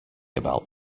about